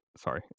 Sorry